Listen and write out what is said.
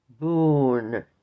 boon